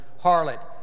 harlot